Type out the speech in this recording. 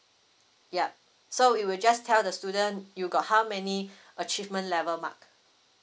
ya so it will just tell the student you got how many achievement level mark